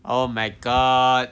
oh my god